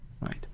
right